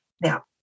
Now